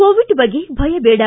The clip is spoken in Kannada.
ಕೋವಿಡ್ ಬಗ್ಗೆ ಭಯ ಬೇಡ